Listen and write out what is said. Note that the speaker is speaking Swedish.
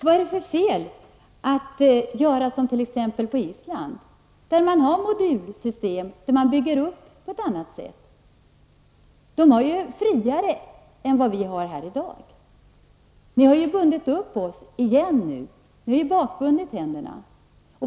Vad är det för fel att göra som man exempelvis gör på Island, där man har modulsystem och bygger upp utbildningen på ett annat sätt? De har ett friare system än det vi har i dag. Nu har vi återigen bundit upp oss -- vi har bakbundit händerna.